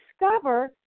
discover